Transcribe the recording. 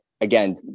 again